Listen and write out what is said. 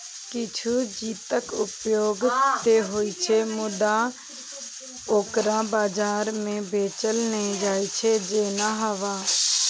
किछु चीजक उपयोग ते होइ छै, मुदा ओकरा बाजार मे बेचल नै जाइ छै, जेना हवा